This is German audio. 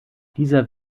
dieser